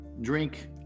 drink